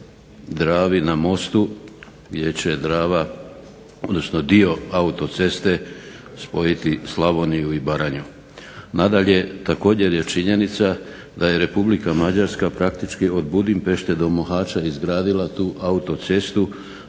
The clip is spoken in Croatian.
Dravi na mostu gdje će Drava odnosno dio autoceste spojiti Slavoniju i Baranju. Nadalje, također je činjenica da je Republika Mađarska praktički od Budimpešte do Mohača izgradila tu autocestu